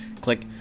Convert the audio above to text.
Click